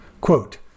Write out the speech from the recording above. Quote